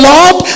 Lord